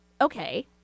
okay